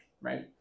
right